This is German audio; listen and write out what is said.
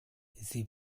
sie